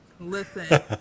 Listen